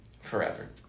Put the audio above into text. forever